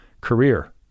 career